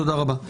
תודה רבה.